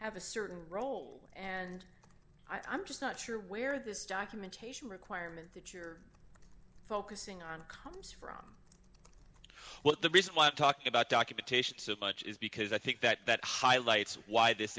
have a certain role and i'm just not sure where this documentation requirement that you're focusing on comes from what the reason why i talk about documentation so much is because i think that that highlights why this